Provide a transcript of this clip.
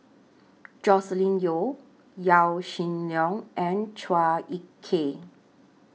Joscelin Yeo Yaw Shin Leong and Chua Ek Kay